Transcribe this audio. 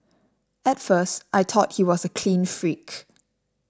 at first I thought he was a clean freak